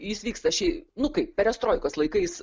jis vyksta šiaip nu kaip perestroikos laikais